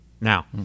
Now